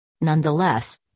Nonetheless